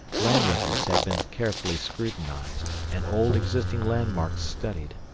land records have been carefully scrutinized and old existing landmarks studied.